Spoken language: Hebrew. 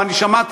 ואני שמעתי,